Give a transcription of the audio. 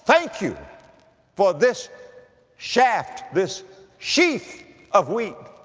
thank you for this shaft, this sheath of wheat.